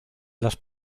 las